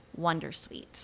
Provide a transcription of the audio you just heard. Wondersuite